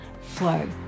flow